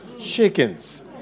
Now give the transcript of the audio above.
chickens